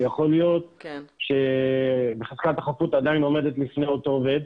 ויכול להיות שחזקת החפות עדיין עומדת בפני אותו עובד,